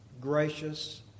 gracious